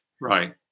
Right